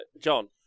John